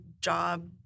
job